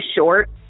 short